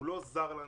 הוא לא זר לנו